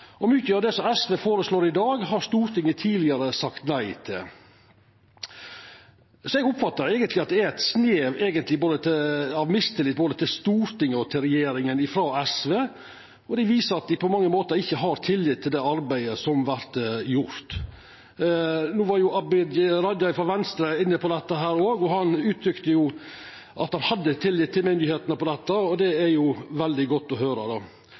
Mykje av det som SV føreslår i dag, har Stortinget tidlegare sagt nei til. Eg oppfattar eigentleg at det er eit snev av mistillit både til Stortinget og til regjeringa frå SV. Det viser at dei på mange måtar ikkje har tillit til det arbeidet som vert gjort. Abid Q. Raja frå Venstre var òg inne på dette, han uttrykte at han hadde tillit til myndigheitene, og det er veldig godt å høyra.